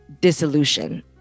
dissolution